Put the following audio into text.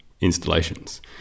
installations